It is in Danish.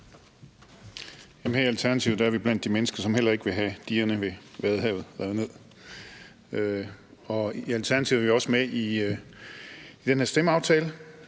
i Alternativet er vi blandt de mennesker, som heller ikke vil have digerne ved Vadehavet revet ned. Og i Alternativet er vi også med i den her stemmeaftale,